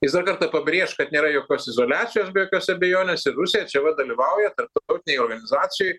jis dar kartą pabrėš kad nėra jokios izoliacijos be jokios abejonės ir rusija čia va dalyvauja tarptautinėj organizacijoj